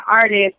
artist